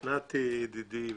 את נתי ידידי,